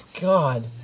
God